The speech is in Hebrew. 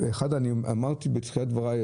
אמרתי בתחילת דבריי,